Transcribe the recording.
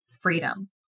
freedom